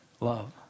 love